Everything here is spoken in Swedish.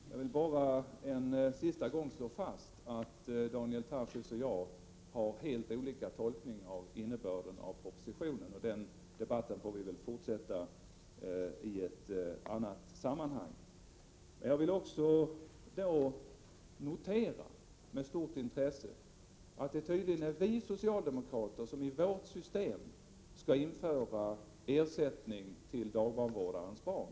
Herr talman! Jag vill bara en sista gång slå fast att Daniel Tarschys och jag har helt olika uppfattning om innebörden av propositionen. Den debatten får vi väl fortsätta i ett annat sammanhang. Jag noterar också med stort intresse att det tydligen är vi socialdemokrater som i vårt system skall införa ersättning för dagbarnvårdarnas barn.